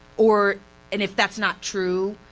or and if that's not true,